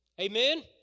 Amen